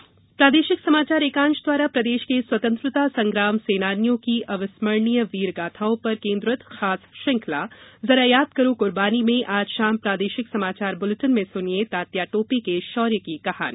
जरा याद करो कुर्बानी प्रादेशिक समाचार एकांश द्वारा प्रदेश के स्वतंत्रता संग्राम सेनानियों की अविस्मणीर्य वीर गाथाओं पर केन्द्रित खास श्रृंखला जरा याद करो कुर्बानी में आज शाम प्रादेशिक समाचार बुलेटिन में सुनिये तात्या टोपे के शौर्य की कहानी